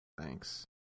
Thanks